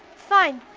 fine,